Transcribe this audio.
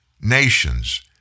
nation's